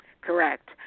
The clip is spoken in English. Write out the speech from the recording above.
Correct